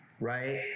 right